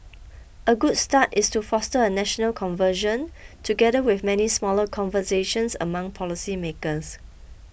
a good start is to foster a national conversion together with many smaller conversations among policy makers